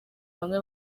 bamwe